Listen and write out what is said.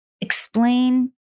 Explain